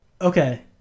Okay